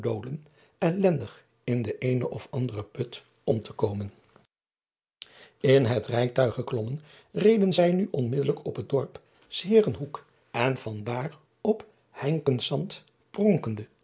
dolen ellendig in de eene of andere put om te komen n het rijtuig geklommen reden zij nu onmiddelijk op het dorp s eerenhoeck en van daar op einkenszand pronkende